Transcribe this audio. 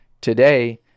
today